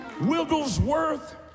Wigglesworth